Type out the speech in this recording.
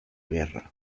guerra